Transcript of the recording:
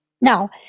Now